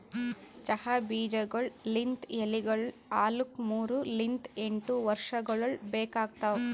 ಚಹಾ ಬೀಜಗೊಳ್ ಲಿಂತ್ ಎಲಿಗೊಳ್ ಆಲುಕ್ ಮೂರು ಲಿಂತ್ ಎಂಟು ವರ್ಷಗೊಳ್ ಬೇಕಾತವ್